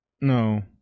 No